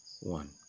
one